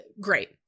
great